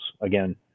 again